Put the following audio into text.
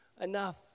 enough